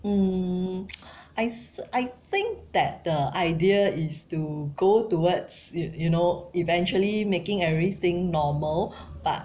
mm I so I think that the idea is to go towards you you know eventually making everything normal but